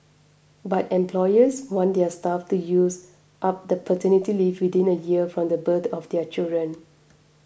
but employers want their staff to use up the paternity leave within a year from the birth of their children